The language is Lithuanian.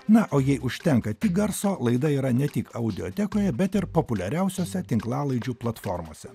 na o jai užtenka tik garso laida yra ne tik audiotekoje bet ir populiariausiose tinklalaidžių platformose